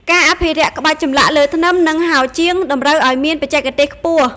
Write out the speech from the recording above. ការអភិរក្សក្បាច់ចម្លាក់លើធ្នឹម និងហោជាងតម្រូវឱ្យមានបច្ចេកទេសខ្ពស់។